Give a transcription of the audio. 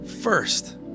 first